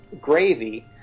gravy